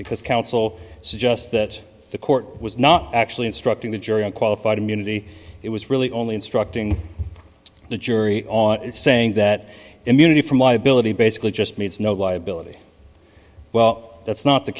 because counsel suggests that the court was not actually instructing the jury on qualified immunity it was really only instructing the jury on it saying that immunity from liability basically just means no liability well that's not the